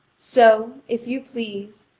so, if you please,